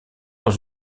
dans